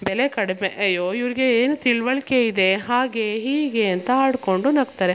ಬೆಲೆ ಕಡಿಮೆ ಅಯ್ಯೋ ಇವರಿಗೆ ಏನು ತಿಳುವಳ್ಕೆ ಇದೆ ಹಾಗೇ ಹೀಗೆ ಅಂತ ಆಡಿಕೊಂಡು ನಗ್ತಾರೆ